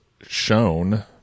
shown